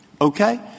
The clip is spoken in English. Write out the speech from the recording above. Okay